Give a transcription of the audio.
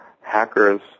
hackers